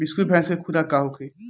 बिसुखी भैंस के खुराक का होखे?